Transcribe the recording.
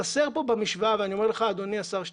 חסר כאן במשוואה, ואני אומר לך אדוני השר שטייניץ,